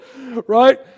Right